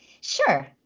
Sure